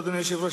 אדוני היושב-ראש,